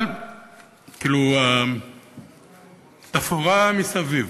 אבל כאילו התפאורה מסביב